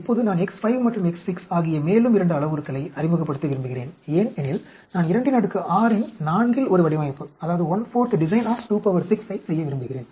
இப்போது நான் X5 மற்றும் X6 ஆகிய மேலும் 2 அளவுருக்களை அறிமுகப்படுத்த விரும்புகிறேன் ஏனெனில் நான் 26 இன் நான்கில் ஒரு வடிவமைப்பை செய்ய விரும்புகிறேன்